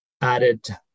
added